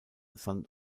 san